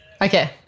okay